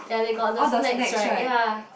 ya they got the snacks right ya